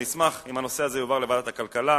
אשמח אם הנושא הזה יועבר לוועדת הכלכלה.